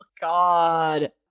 god